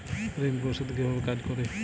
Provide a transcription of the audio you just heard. ঋণ পরিশোধ কিভাবে কাজ করে?